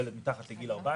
ילד מתחת לגיל 14,